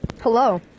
Hello